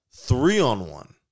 Three-on-one